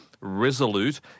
resolute